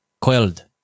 coiled